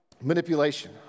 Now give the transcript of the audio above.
manipulation